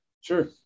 Sure